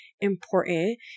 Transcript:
important